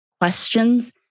questions